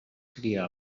cria